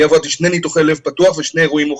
אני עברתי שני ניתוחי לב פתוח ושני אירועים מוחיים.